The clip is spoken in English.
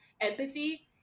Empathy